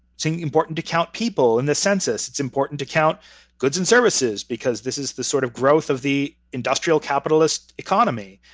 so important to count people in the census. it's important to count goods and services, because this is the sort of growth of the industrial capitalist economy.